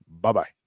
Bye-bye